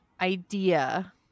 idea